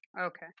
Okay